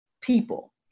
people